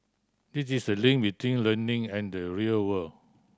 it's this link between learning and the real world